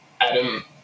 Adam